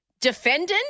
Defendant